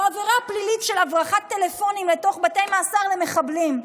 או עבירה פלילית של הברחת טלפונים לתוך בתי מאסר למחבלים.